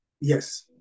Yes